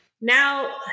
Now